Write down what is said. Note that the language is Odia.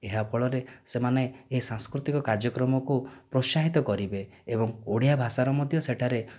ଏହା ଫଳରେ ସେମାନେ ଏହି ସାଂସ୍କୃତିକ କାର୍ଯ୍ୟକ୍ରମକୁ ପ୍ରୋତ୍ସାହିତ କରିବେ ଏବଂ ଓଡ଼ିଆ ଭାଷାର ମଧ୍ୟ ସେଠାରେ